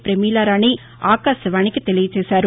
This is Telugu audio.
ప్రమీలారాణి ఆకాశవాణికి తెలియజేశారు